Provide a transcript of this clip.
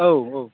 औ औ